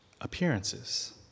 appearances